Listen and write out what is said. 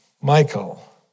Michael